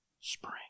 Spring